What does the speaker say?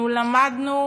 אנחנו למדנו